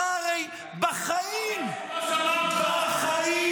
אתה הרי בחיים -- הוא אומר שהוא לא שמע אותך ----- בחיים